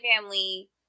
family